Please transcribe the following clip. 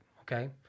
Okay